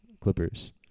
Clippers